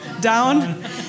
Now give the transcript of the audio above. down